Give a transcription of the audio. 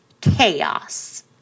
chaos